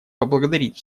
поблагодарить